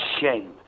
shame